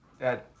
Dad